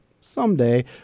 Someday